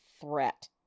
threat